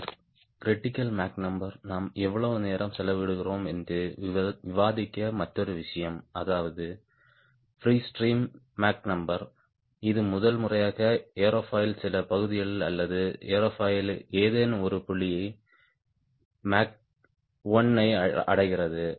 பின்னர் critical Mach number நாம் எவ்வளவு நேரம் செலவிடுகிறோம் என்று விவாதித்த மற்றொரு விஷயம் அதாவது free stream Mach number free stream Mach Number இது முதல் முறையாக ஏரோஃபாயில் சில பகுதிகள் அல்லது ஏரோஃபாயில் ஏதேனும் ஒரு புள்ளி மேக் 1 ஐ அடைகிறது